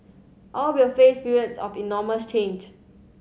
all will face periods of enormous change